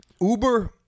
Uber